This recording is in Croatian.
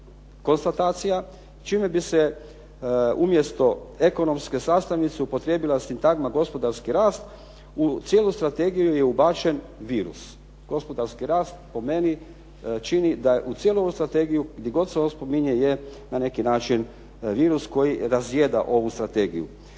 konstatacija čime bi se umjesto ekonomske sastavnice upotrijebila sintagma gospodarski rast. U cijelu strategiju je ubačen virus. Gospodarski rast po meni čini da u cijelu ovu strategiju gdje god se on spominje je na neki način virus koji razjeda ovu strategiju.